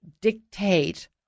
dictate